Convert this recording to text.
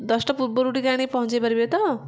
ଦଶଟା ପୁର୍ବରୁ ଟିକେ ଆଣିକି ପହଞ୍ଚାଇ ପାରିବେ ତ